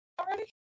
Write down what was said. already